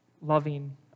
loving